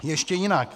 Ještě jinak.